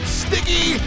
sticky